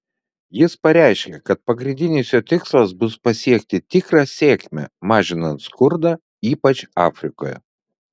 jis pareiškė kad pagrindinis jo tikslas bus pasiekti tikrą sėkmę mažinant skurdą ypač afrikoje